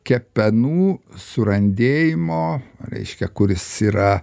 kepenų surandėjimo reiškia kuris yra